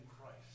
Christ